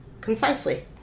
concisely